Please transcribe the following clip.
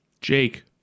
Jake